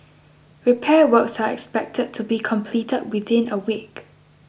repair works are expected to be completed within a week